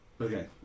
Okay